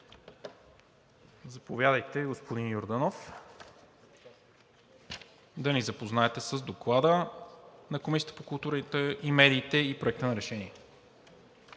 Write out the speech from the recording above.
Заповядайте, господин Йорданов, за да ни запознаете с Доклада на Комисията по културата и медиите и Проекта на решение.